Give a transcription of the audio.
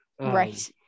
Right